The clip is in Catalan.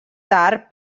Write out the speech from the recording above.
tard